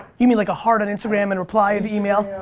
you mean like a heart on instagram and reply the email?